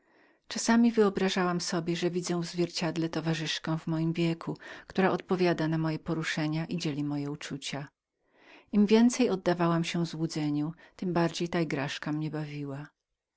czasami wyobrażałam sobie że widzę w zwierciedle towarzyszkę mego wieku która odpowiadała na moje poruszenia i dzieliła moje uczucia im więcej oddawałam się złudzeniu tem bardziej ta igraszka mnie bawiła